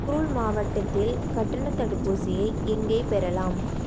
க்ருல் மாவட்டத்தில் கட்டணத் தடுப்பூசியை எங்கே பெறலாம்